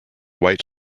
white